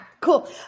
cool